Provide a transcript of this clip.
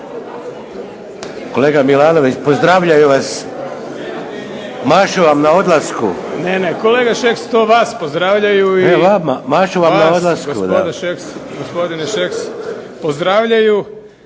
Kolega Milanović, pozdravljaju vas, mašu vam na odlasku! **Milanović, Zoran (SDP)** Ne, ne, kolega Šeks. To vas pozdravljaju i vas gospodine Šeks pozdravljaju